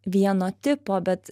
vieno tipo bet